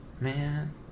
man